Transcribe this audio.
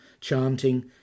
chanting